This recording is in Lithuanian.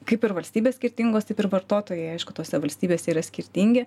kaip ir valstybės skirtingos taip ir vartotojai aišku tose valstybėse yra skirtingi